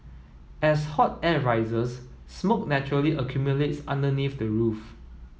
as hot air rises smoke naturally accumulates underneath the roof